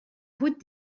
route